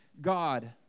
God